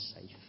safe